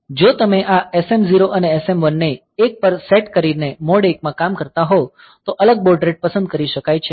જો તમે આ SM0 અને SM1 ને 1 પર સેટ કરીને મોડ 1 માં કામ કરતા હોવ તો અલગ બોડ રેટ પસંદ કરી શકાય છે